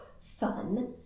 fun